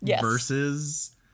versus